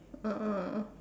ah